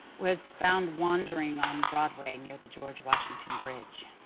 was found wandering on broadway near the george washington bridge.